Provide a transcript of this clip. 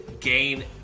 gain